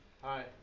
Hi